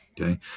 Okay